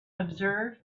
observe